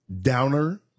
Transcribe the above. downer